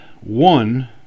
one